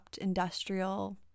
industrial